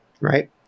right